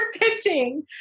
Pitching